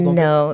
no